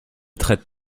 traite